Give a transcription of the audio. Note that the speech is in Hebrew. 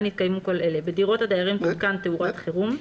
יתקיימו כל אלה: (1) בדירות הדיירים תותקן תאורת חירום,